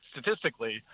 statistically